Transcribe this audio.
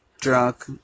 drunk